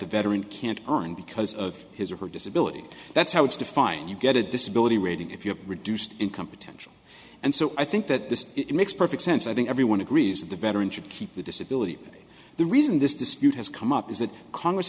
the veteran can't earn because of his or her disability that's how it's defined you get a disability rating if you have reduced income potential and so i think that this makes perfect sense i think everyone agrees that the veteran should keep the disability the reason this dispute has come up is that congress